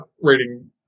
rating